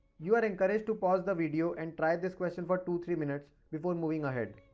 you are encouraged to pause the video and try this question for two three minutes before moving ahead.